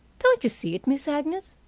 don't you see it, miss agnes?